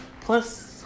Plus